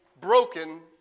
broken